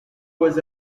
was